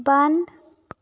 बंद